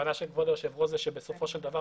הכוונה של כבוד היושב ראש היא שבסופו של דבר